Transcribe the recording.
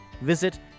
visit